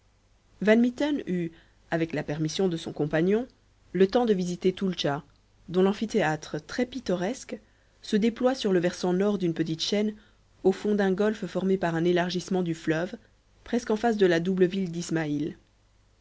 mitten eut avec la permission de son compagnon le temps de visiter toultcha dont l'amphithéâtre très pittoresque se déploie sur le versant nord d'une petite chaîne au fond d'un golfe formé par un élargissement du fleuve presque en face de la double ville d'ismaïl